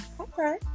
Okay